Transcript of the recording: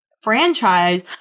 franchise